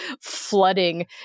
flooding